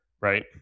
Right